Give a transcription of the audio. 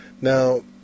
Now